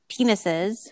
penises